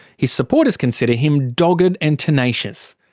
his supporters consider him dogged and tenacious.